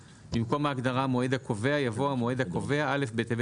במקום ההגדרה "ה מועד הקובע" יבוא: "המועד הקובע" א' בטבת